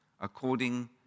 according